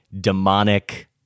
demonic